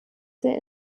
der